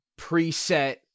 preset